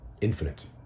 infinite